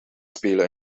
spelen